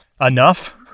Enough